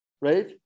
right